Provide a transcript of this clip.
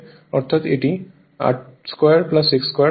অর্থাৎ এটি R 2 X2 হবে